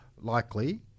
likely